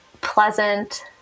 pleasant